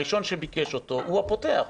הראשון שביקש אותו הוא הפותח.